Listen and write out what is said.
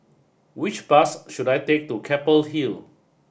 which bus should I take to Keppel Hill